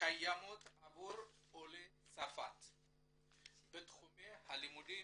שקיימות עבור עולי צרפת בתחומי הלימודים,